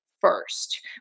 first